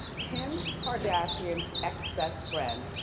kim kardashians ex best friend,